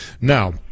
Now